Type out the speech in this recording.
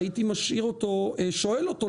הייתי שואל אותו,